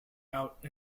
out